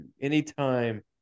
anytime